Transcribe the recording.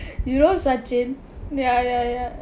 you know sachin ya ya ya